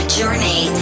journey